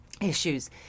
issues